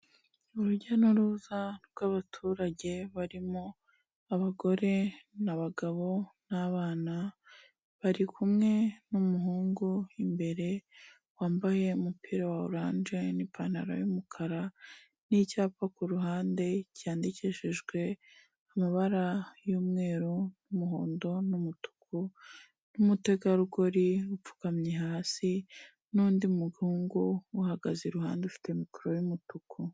Urujya n'uruza rw'abaturage barimo abagore n'abagabo n'abana, bari kumwe n'umuhungu imbere wambaye umupira wa oranje n'ipantaro y'umukara n'icyapa ku ruhande cyandikishijwe amabara y'umweru n'umuhondo n'umutuku n'umutegarugori upfukamye hasi, n'undi muhungu umuhagaze iruhande ufite mikoro y'umutuku.